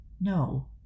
No